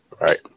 right